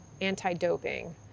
anti-doping